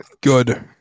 Good